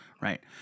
Right